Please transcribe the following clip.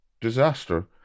disaster